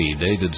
David